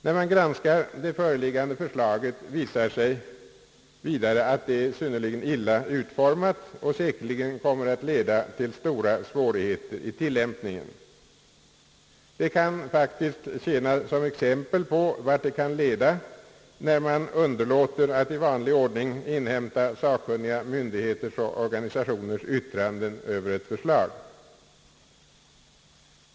När man granskar det föreliggande förslaget visar det sig vidare att det är synnerligen illat utformat och säkerligen kommer att leda till stora svårigheter vid tillämpningen. Det kan faktiskt tjäna som exempel på vart det kan leda när man underlåter att i vanlig ordning inhämta sakkunniga myndigheters och organisationers yttranden över ett förslag.